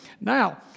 Now